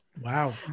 wow